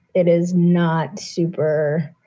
it is not super.